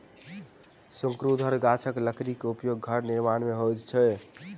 शंकुधर गाछक लकड़ी के उपयोग घर निर्माण में होइत अछि